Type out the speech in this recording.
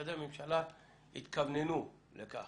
שמשרדי הממשלה יתכווננו לכך.